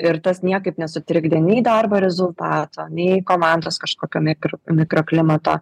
ir tas niekaip nesutrikdė nei darbo rezultato nei komandos kažkokio mikro mikroklimato